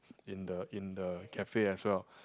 in the in the cafe as well